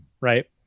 right